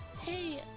Hey